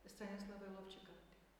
stanislavai lovčikaitei